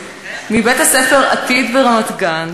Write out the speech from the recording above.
מבית-הספר "עתיד" ברמת-גן,